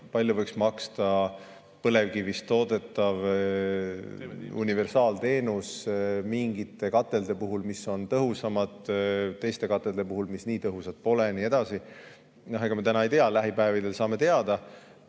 palju võiks maksta põlevkivist toodetav universaalteenus mingite katelde puhul, mis on tõhusamad, teiste katelde puhul, mis nii tõhusad pole, ja nii edasi. Ega me täna ei tea, lähipäevil saame teada.